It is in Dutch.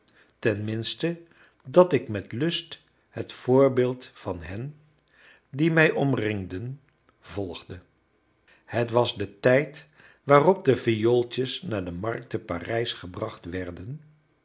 tenminste dat ik met lust het voorbeeld van hen die mij omringden volgde het was de tijd waarop de viooltjes naar de markt te parijs gebracht werden